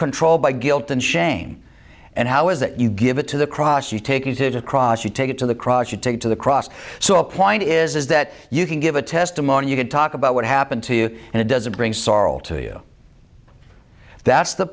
controlled by guilt and shame and how is that you give it to the cross you take you to a cross you take it to the cross you take to the cross so a point is that you can give a testimony you can talk about what happened to you and it doesn't bring sorrow to you that's the